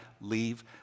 leave